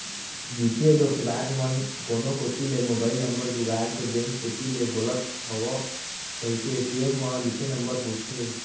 बित्तीय धोखेबाज मन कोनो कोती ले मोबईल नंबर जुगाड़ के बेंक कोती ले बोलत हव कहिके ए.टी.एम म लिखे नंबर पूछथे